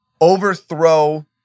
overthrow